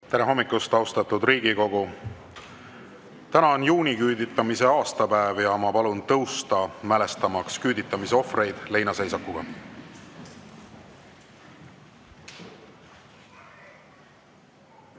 Tere hommikust, austatud Riigikogu! Täna on juuniküüditamise aastapäev. Ma palun tõusta, mälestamaks küüditamise ohvreid leinaseisakuga.